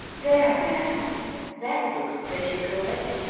there, ma'am that looks pretty good!